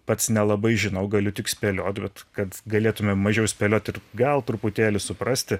pats nelabai žinau galiu tik spėliot bet kad galėtumėm mažiau spėliot ir gal truputėlį suprasti